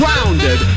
Grounded